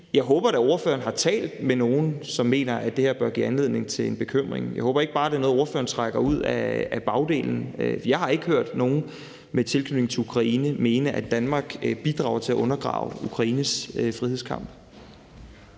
da håber, ordføreren har talt med nogle, som mener, det her bør give anledning til bekymring. Jeg håber ikke, det bare er noget, ordføreren trækker ud af bagdelen. Jeg har ikke hørt nogen med tilknytning til Ukraine mene, at Danmark bidrager til at undergrave Ukraines frihedskamp.